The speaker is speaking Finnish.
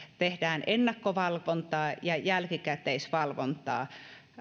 tehdään ennakkovalvontaa ja jälkikäteisvalvontaa